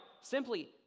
simply